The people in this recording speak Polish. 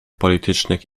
politycznych